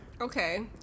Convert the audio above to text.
okay